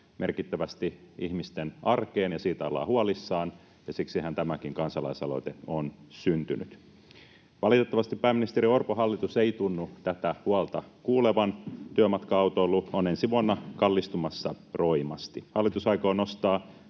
merkittävästi ihmisten arkeen ja siitä ollaan huolissaan. Siksihän tämäkin kansalaisaloite on syntynyt. Valitettavasti pääministeri Orpon hallitus ei tunnu tätä huolta kuulevan. Työmatka-autoilu on ensi vuonna kallistumassa roimasti. Hallitus aikoo nostaa